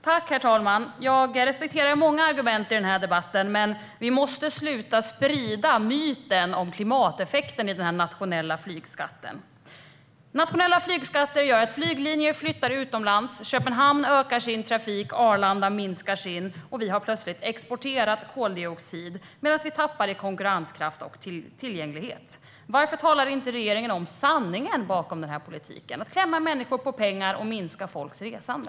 Herr talman! Jag respekterar många argument i denna debatt. Men vi måste sluta sprida myten om klimateffekten i fråga om denna nationella flygskatt. Nationella flygskatter gör att flyglinjer flyttar utomlands. Köpenhamn ökar sin trafik, och Arlanda minskar sin trafik. Och plötsligt har vi exporterat koldioxidutsläpp, medan vi tappar i konkurrenskraft och tillgänglighet. Varför talar regeringen inte om sanningen bakom denna politik, alltså att klämma människor på pengar och minska folks resande?